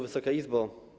Wysoka Izbo!